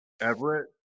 Everett